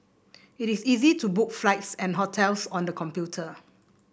it is easy to book flights and hotels on the computer